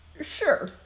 Sure